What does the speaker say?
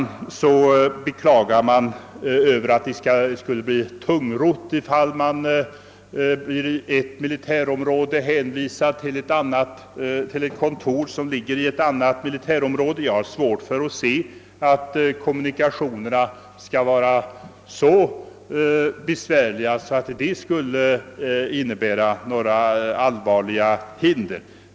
Vidare klagas det över att det skulle bli tungrott, ifall man i ett militärområde hänvisas till ett kontor som ligger i ett annat militärområde. Jag har svårt att inse att kommunikationerna skulle vara så besvärliga, att det skulle innebära några allvarliga hinder.